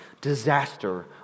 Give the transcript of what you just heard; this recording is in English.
disaster